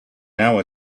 now